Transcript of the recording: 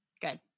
Good